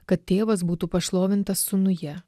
kad tėvas būtų pašlovintas sūnuje